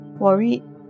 Worried